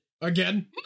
Again